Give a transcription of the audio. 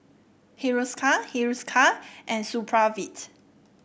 Hiruscar Hiruscar and Supravit